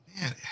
man